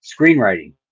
screenwriting